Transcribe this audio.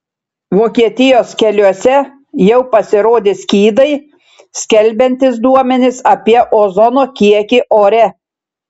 vokietijos keliuose jau pasirodė skydai skelbiantys duomenis apie ozono kiekį ore